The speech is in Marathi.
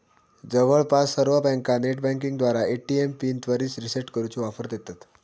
जवळपास सर्व बँका नेटबँकिंगद्वारा ए.टी.एम पिन त्वरित रीसेट करूची ऑफर देतत